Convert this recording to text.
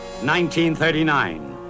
1939